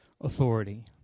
authority